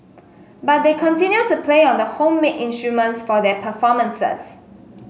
but they continue to play on the homemade instruments for their performances